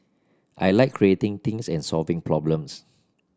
I like creating things and solving problems